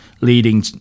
leading